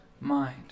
mind